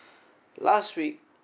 last week